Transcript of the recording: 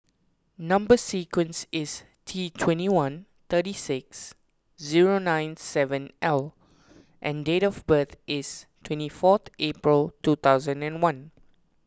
Number Sequence is T twenty one thirty six zero nine seven L and date of birth is twenty fourth April two thousand and one